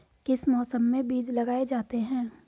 किस मौसम में बीज लगाए जाते हैं?